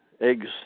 eggs